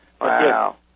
Wow